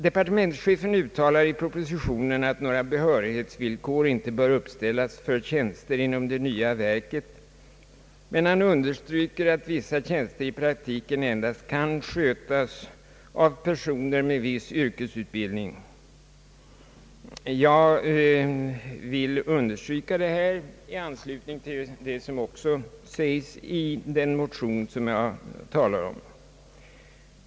I propositionen uttalar departementschefen, att några bestämda behörighetsvillkor inte bör uppställas för tjänster inom det nya verket, men han understryker att vissa tjänster i praktiken endast kan skötas av personer med viss yrkesutbildning. Jag vill understryka detta i anslutning till vad som sägs i den motion som jag talar om.